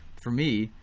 for me,